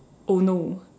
oh no